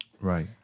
Right